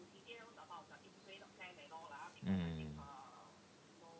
mm